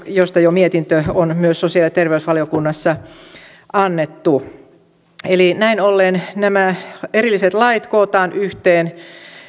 josta jo on mietintö myös sosiaali ja terveysvaliokunnassa annettu eli näin ollen nämä erilliset lait kootaan yhteen